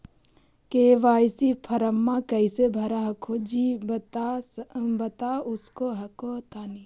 KYC फॉर्मा कैसे भरा हको जी बता उसको हको तानी?